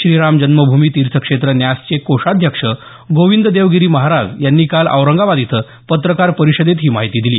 श्रीरामजन्मभूमी तीर्थक्षेत्र न्यासचे कोषाध्यक्ष गोविंददेवगिरी महाराज यांनी काल औरंगाबाद इथं पत्रकार परिषदेत ही माहिती दिली